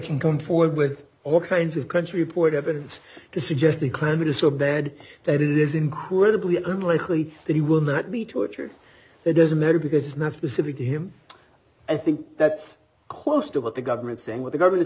can come forward with all kinds of country report evidence to suggest the climate is so bad that it is incredibly unlikely that he will not be tortured it doesn't matter because it's not specific to him i think that's close to what the government's saying what the government is